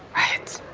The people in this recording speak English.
right.